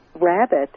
rabbit